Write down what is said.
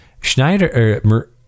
schneider